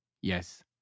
Yes